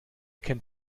kennt